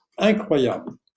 incroyable